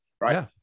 Right